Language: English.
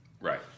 Right